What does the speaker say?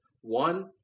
One